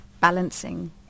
balancing